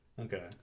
Okay